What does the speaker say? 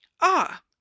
Ah